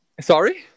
Sorry